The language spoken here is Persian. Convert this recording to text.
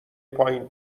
پایین